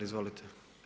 Izvolite.